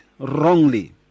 wrongly